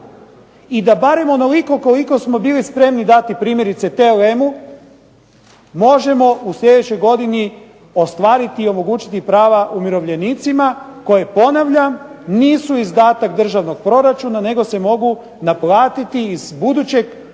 i da barem onoliko koliko smo bili spremni dati primjerice TLM-u možemo u sljedećoj godini ostvariti i omogućiti prava umirovljenicima koje ponavljam nisu izdatak državnog proračuna, nego se mogu naplatiti iz budućeg prihoda,